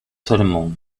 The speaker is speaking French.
seulement